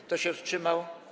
Kto się wstrzymał?